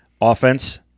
offense